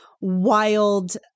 wild